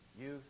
youth